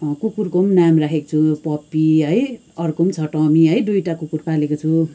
कुकुरको पनि नाम राखेको छु पपी है अर्को पनि छ टमी है दुईवटा कुकुर पालेको छु